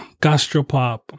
Gastropop